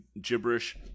gibberish